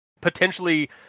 potentially